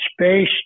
space